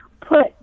put